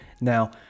now